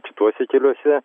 kituose keliuose